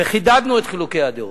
וחידדנו את חילוקי הדעות,